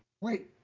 wait